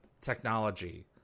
technology